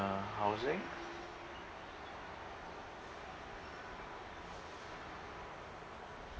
uh housing